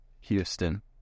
Houston